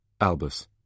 Albus